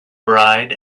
bride